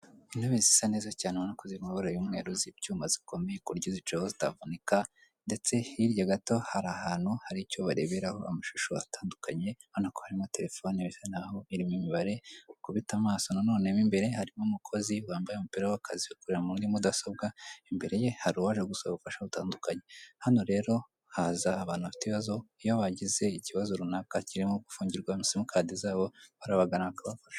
Intebe zisa neza cyane ubona ko ziri mu mabara y'umweru z'ibyuma zikomeye ku buryo uzicayeho zitavunika ndetse hirya gato hari ahantu hari icyo bareberaho amashusho atandukanye urabona ko harimo terefone bisa nkaho irimo imibare, wakubita maso nanone mo imbere harimo umukozi wambaye umupira w'akazi uri kureba muri mudasobwa, imbere ye hari uwaje gusaba ubufasha butandukanye, hano rero haza abantu bafite ibibazo, iyo wagize ikibazo runaka kirimo gufungirwa simukadi zabo barabagana bakabafasha.